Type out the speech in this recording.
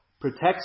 protects